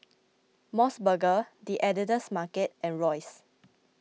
Mos Burger the Editor's Market and Royce